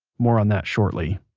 more on that shortly